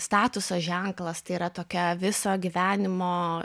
statuso ženklas tai yra tokia viso gyvenimo